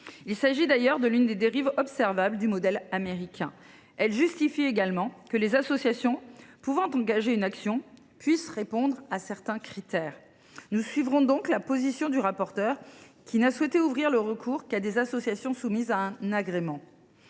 à dire de conjurer l’une des dérives observables du modèle américain. Ce constat justifie également que les associations ayant qualité pour engager une action doivent répondre à certains critères. Nous suivrons donc la position du rapporteur, qui n’a souhaité ouvrir ce mode de recours qu’à des associations soumises à un agrément.